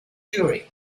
jury